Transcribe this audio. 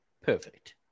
perfect